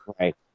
Right